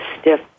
stiff